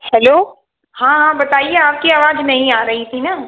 hello हाँ हाँ बताइए आपकी आवाज नहीं आ रही थी ना